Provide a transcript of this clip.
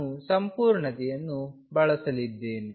ನಾನು ಸಂಪೂರ್ಣತೆಯನ್ನು ಬಳಸಲಿದ್ದೇನೆ